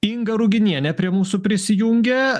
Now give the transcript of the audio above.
inga ruginienė prie mūsų prisijungia